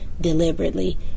deliberately